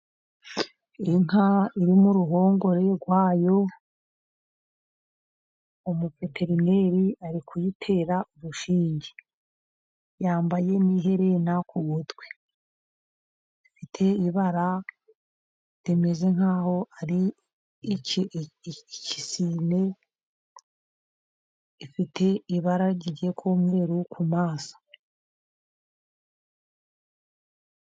Inka iri mu ruhongore rwayo, umuveterineri ari kuyitera urushinge, yambaye n'iherena ku gutwi. Ifite ibara rimeze nkaho ari isine, ifite ibara rigiye kuba umweru ku maso.